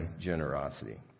generosity